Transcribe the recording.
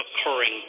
occurring